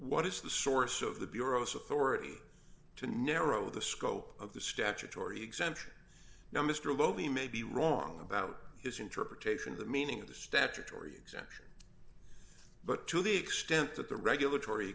what is the source of the bureau so foreign to narrow the scope of the statutory exemption now mr lowy may be wrong about his interpretation of the meaning of the statutory exemption but to the extent that the regulatory